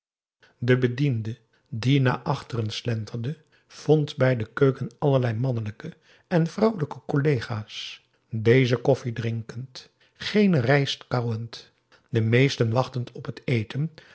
de bediende die naar achteren slenterde vond bij de keuken allerlei mannelijke en vrouwelijke collega's deze koffie drinkend gene rijstkauwend de meesten wachtend op het eten